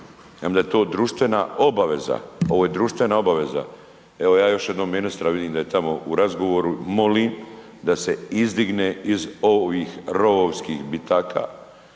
Ja mislim da je ovo društvena obaveza, ovo je društvena obaveza, evo ja još jednom ministra vidim da je tamo u razgovoru, molim da se izdigne iz ovih rovovskih bitaka